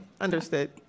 understood